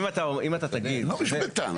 אם אתה תגיד --- אני לא משפטן, אתה יודע.